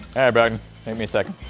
bogdan, make me a second